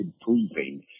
improving